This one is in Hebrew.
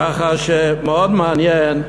ככה שמאוד מעניין.